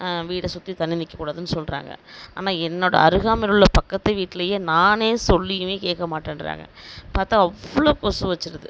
வீடை சுற்றி தண்ணீர் நிற்கக்கூடாதுன்னு சொல்லுறாங்க ஆனால் என்னோடய அருகாமையிலுள்ள பக்கத்து வீட்டிலயே நானே சொல்லியும் கேட்க மாட்டேன்கிறாங்க பார்த்தா அவ்வளோ கொசு வைச்சிருது